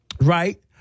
right